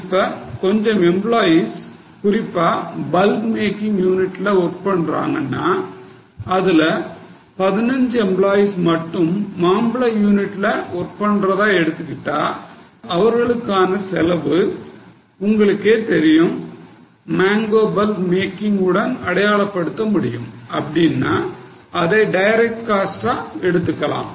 இப்ப கொஞ்சம் எம்பிளோயீஸ் குறிப்பா பல்ப் மேக்கிங் யூனிட்ல ஒர்க் பண்றாங்கன்னா அதுல 15 எம்பிளோயீஸ் மட்டும் மாம்பழ யூனிட்ல ஒர்க் பண்றதா எடுத்துக்கிட்டா அவர்களுக்கான செலவு உங்களுக்கே தெரியும் மேங்கோ பல்ப் மேக்கிங் உடன் அடையாளப்படுத்த முடியும் அப்படின்னா அதை டைரக்ட் காஸ்ட் ஆ எடுத்துக்கலாம்